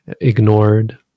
ignored